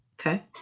Okay